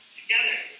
together